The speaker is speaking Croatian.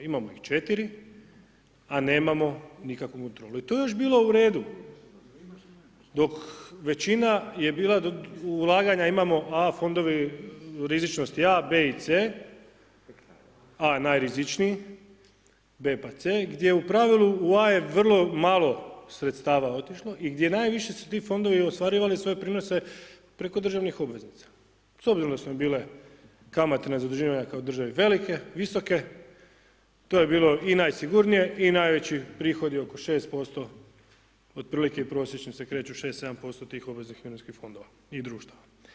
Imamo 4 a nemamo nikakvu … I to je još bilo u redu, dok većina je bila ulaganja imamo, A fondovi, u rizičnosti A, B, C, A najrizičniji, B, pa C gdje u pravilu je u A vrlo malo sredstava otišlo, i gdje najviše ti fondovi ostvarivali svoje prinose preko državnih obveznica, s obzirom da su bile kamate na zaduživanje kao države, velike, visoke, to je bilo i najsigurnije i najveći prihodi oko 6% otprilike prosječno se kreću 6-7% tih obveznih mirovinskih fondovas i društva.